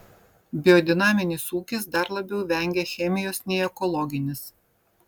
biodinaminis ūkis dar labiau vengia chemijos nei ekologinis